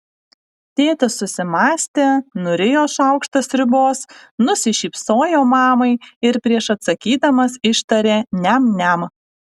tėtis susimąstė nurijo šaukštą sriubos nusišypsojo mamai ir prieš atsakydamas ištarė niam niam